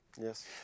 Yes